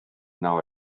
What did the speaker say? now